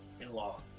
In-law